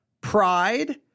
Pride